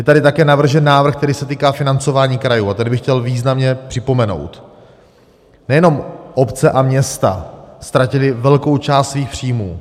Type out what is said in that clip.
Je tady také navržen návrh, který se týká financování krajů, a tady bych chtěl významně připomenout nejenom obce a města ztratily velkou část svých příjmů.